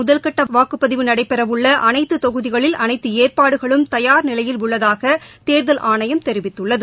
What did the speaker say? முதல்கட்டவாக்குப்பதிவு நடைபெறஉள்ளஅனைத்துதொகுதிகளில் அனைத்துஏற்பாடுகளும் தயார் நிலையில் உள்ளதாகதேர்தல் ஆணையம் தெரிவித்துள்ளது